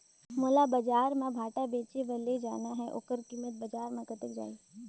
मोला बजार मां भांटा बेचे बार ले जाना हे ओकर कीमत बजार मां कतेक जाही?